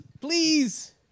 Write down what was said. please